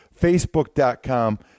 facebook.com